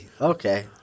Okay